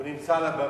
הוא נמצא על הבמה,